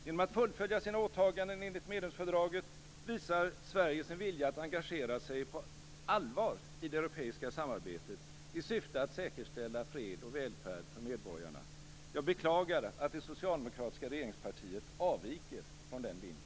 Genom att fullfölja sina åtaganden enligt medlemsfördraget visar Sverige sin vilja att engagera sig på allvar i det europeiska samarbetet i syfte att säkerställa fred och välfärd för medborgarna. Jag beklagar att det socialdemokratiska regeringspartiet avviker från den linjen.